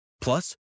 plus